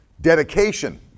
dedication